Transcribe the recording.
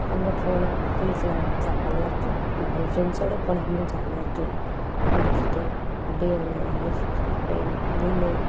அங்கே போனால் குளிக்கலாம் ஜாலியாக இருக்கலாம் நிறைய ஃப்ரெண்ட்ஸோடு போனால் இன்னும் ஜாலியாக இருக்கலாம் குளிச்சுட்டு அப்படியே அங்கே வந்து அப்படியே மீன்